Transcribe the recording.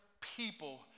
people